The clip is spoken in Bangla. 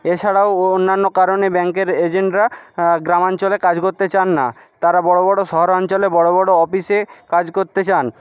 এছাড়াও অন্যান্য কারণে ব্যাংকের এজেন্টরা গ্রামাঞ্চলে কাজ করতে চান না তারা বড়ো বড়ো শহর অঞ্চলে বড়ো বড়ো অফিসে কাজ করতে চান